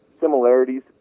similarities